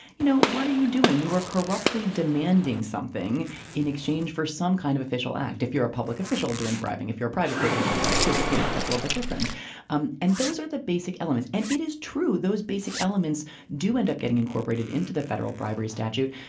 you know, what are you doing? you were corruptly demanding something in exchange for some kind of official act. if you're a public official doing bribing, if you're a private person, you can bribe to. but, you know, that's a little bit different um and those are the basic elements. and it is true, those basic elements do end up getting incorporated into the federal bribery statute.